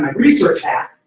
research hat,